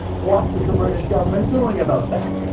what is the british government doing about that?